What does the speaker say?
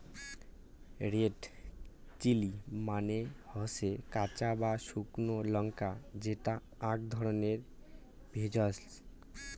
red chilli মানে হসে কাঁচা বা শুকনো লঙ্কা যেটা আক ধরণের ভেষজ